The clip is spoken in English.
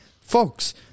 Folks